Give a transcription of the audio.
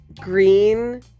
green